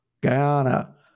Guyana